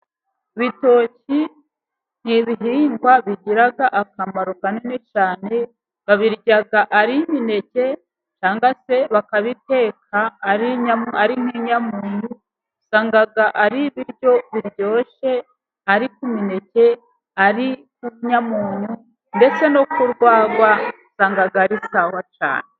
Ibitoki ni ibihingwa bigira akamaro kanini cyane babirya ari imineke cyangwa se bakabiteka ari nk'inyamunyu. Usanga ari ibiryo biryoshye ari ku mineke, ari ku nyamunyu ndetse no ku rwagwa usanga ari sawa cyane.